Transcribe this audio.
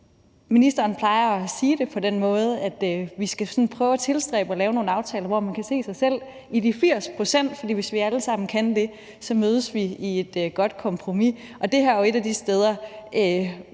Ministeren plejer at sige det på den måde, at vi skal prøve at tilstræbe at lave nogle aftaler, hvor man kan se sig selv i de 80 pct., for hvis vi alle sammen kan det, mødes vi i et godt kompromis. Og det her er jo et af de steder,